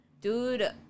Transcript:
dude